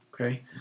okay